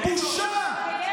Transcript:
בושה.